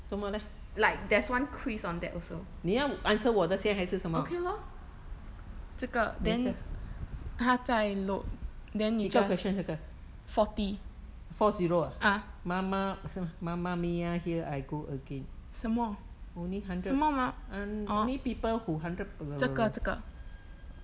like there's one quiz on that also okay lor 这个 then 它在 load then 你 just forty ah 什么什么 ma~ orh 这个这个